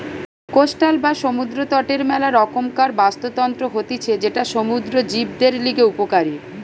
coastal বা সমুদ্র তটের মেলা রকমকার বাস্তুতন্ত্র হতিছে যেটা সমুদ্র জীবদের লিগে উপকারী